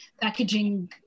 packaging